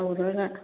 ꯇꯧꯔꯒ